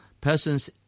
persons